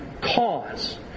cause